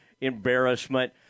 embarrassment